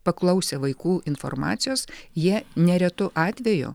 paklausę vaikų informacijos jie neretu atveju